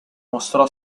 mostrò